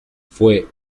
fue